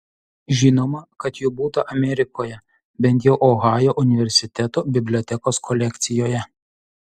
žinoma kad jų būta amerikoje bent jau ohajo universiteto bibliotekos kolekcijoje